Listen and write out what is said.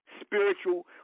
spiritual